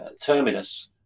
terminus